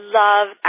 love